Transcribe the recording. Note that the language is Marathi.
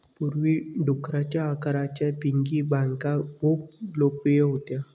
पूर्वी, डुकराच्या आकाराच्या पिगी बँका खूप लोकप्रिय होत्या